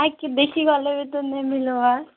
ଆଗ୍କେ ଦେଖି ଗଲେ ତ ନେଇ ମିଲ୍ବା